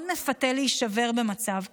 מאוד מפתה להישבר במצב כזה.